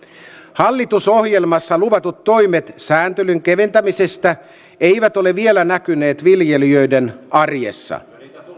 hallitusohjelmassa luvatut toimet sääntelyn keventämisestä eivät ole vielä näkyneet viljelijöiden arjessa